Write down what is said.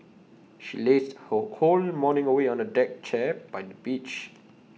she lazed her whole morning away on A deck chair by the beach